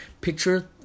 Picture